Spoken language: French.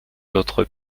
notre